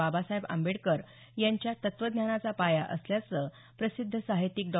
बाबासाहेब आंबेडकर यांच्या तत्वज्ञानाचा पाया असल्याचं प्रसिद्ध साहित्यिक डॉ